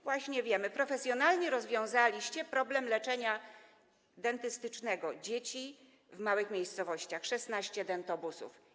Właśnie wiemy, profesjonalnie rozwiązaliście problem leczenia dentystycznego dzieci w małych miejscowościach: 16 dentobusów.